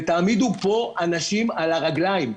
ותעמידו פה אנשים על הרגליים.